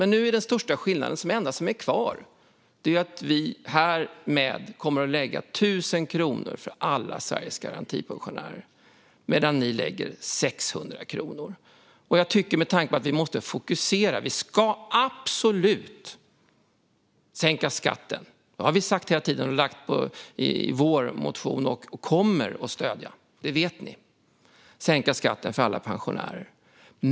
Nu är den största skillnaden och det enda som är kvar att vi härmed kommer att lägga 1 000 kronor för alla Sveriges garantipensionärer medan ni lägger 600 kronor. Vi måste fokusera. Vi ska absolut sänka skatten. Det har vi sagt hela tiden. Vi har lagt fram förslag om det i vår motion och kommer att stödja det. Det vet ni. Vi kommer att sänka skatten för alla pensionärer.